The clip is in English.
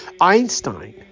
Einstein